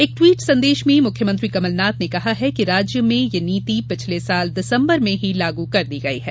एक ट्वीट संदेश में मुख्यमंत्री कमलनाथ ने कहा कि राज्य में यह नीति पिछले वर्ष दिसम्बर में ही लागू कर दी गई है